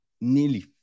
nearly